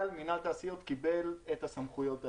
אבל מינהל תעשיות קיבל את הסמכויות האלה.